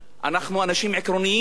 אנחנו אנשים עקרוניים.